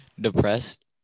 depressed